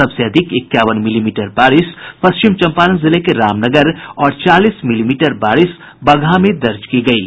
सबसे अधिक इक्यावन मिलीमीटर बारिश पश्चिम चंपारण जिले के रामनगर और चालीस मिलीमीटर बारिश बगहा में दर्ज की गयी